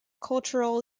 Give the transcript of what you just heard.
cultural